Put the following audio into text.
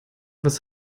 was